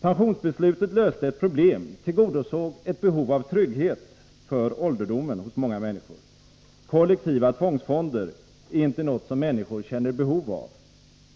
Pensionsbeslutet löste ett problem, tillgodosåg ett behov av trygghet för ålderdomen hos många människor. Kollektiva tvångsfonder är inte något som människor känner behov av.